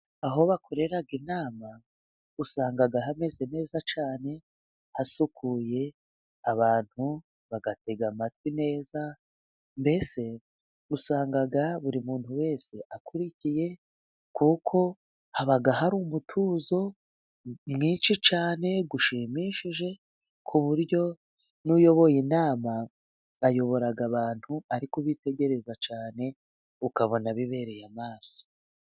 Aho bakorera inama usanga hameze neza cyane hasukuye. Abantu bagatega amatwi neza mbese usanga buri muntu wese akurikiye, kuko haba hari umutuzo mwinshi cyane ushimishije, ku buryo n'uyoboye inama ayobora abantu ari kubitegereza cyane ukabona bibereye amaso.